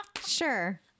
Sure